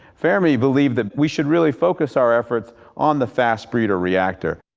fermi believed that we should really focus our efforts on the fast-breeder reactor.